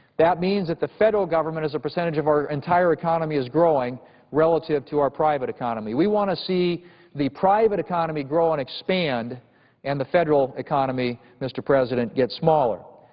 that means that the federal as a percentage of our entire economy is growing relative to our private economy. we want to see the private economy grow and expand and the federal economy, mr. president, get smaller.